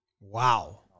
Wow